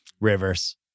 Rivers